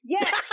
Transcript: Yes